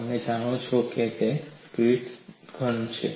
તમે કહો છો કે તે સ્ફટિકીય ઘન છે